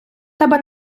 тебе